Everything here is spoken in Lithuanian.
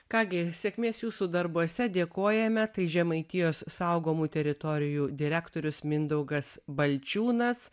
ką gi sėkmės jūsų darbuose dėkojame tai žemaitijos saugomų teritorijų direktorius mindaugas balčiūnas